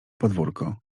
podwórko